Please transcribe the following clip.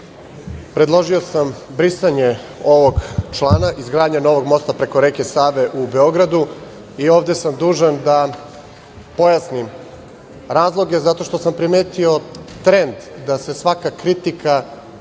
sam brisanje ovog člana - izgradnja novog mosta preko reke Save u Beogradu i ovde sam dužan da pojasnim razloge, zato što sam primetio trend da se svaka kritika tumači